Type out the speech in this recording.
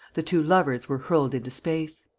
the two lovers were hurled into space.